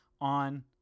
on